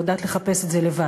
את כבר יודעת לחפש את זה לבד.